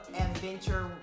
adventure